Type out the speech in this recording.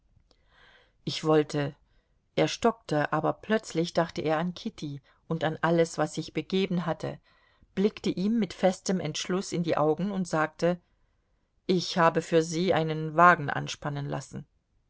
ich wollte er stockte aber plötzlich dachte er an kitty und an alles was sich begeben hatte blickte ihm mit festem entschluß in die augen und sagte ich habe für sie einen wagen anspannen lassen